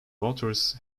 waters